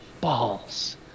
balls